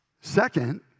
Second